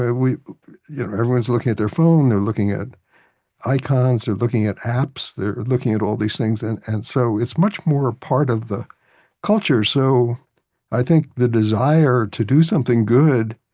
ah everyone's looking at their phone. they're looking at icons. they're looking at apps. they're looking at all these things. and and so it's much more part of the culture so i think the desire to do something good,